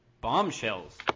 bombshells